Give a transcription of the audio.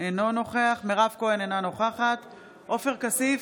אינו נוכח מירב כהן, אינה נוכחת עופר כסיף,